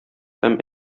һәм